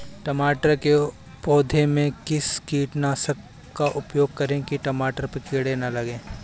टमाटर के पौधे में किस कीटनाशक का उपयोग करें कि टमाटर पर कीड़े न लगें?